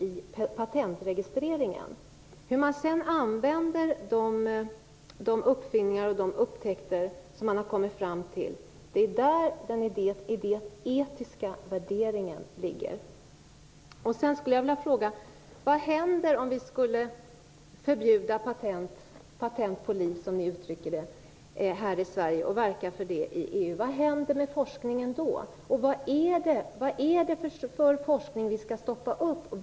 Den etiska värderingen ligger i hur man sedan använder de uppfinningar och de upptäckter man har kommit fram till. Vad händer om vi skulle förbjuda patent på liv, som ni uttrycker det, här i Sverige och verka för det i EU? Vad händer med forskningen då? Vad är det för forskning vi skall stoppa?